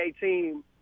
team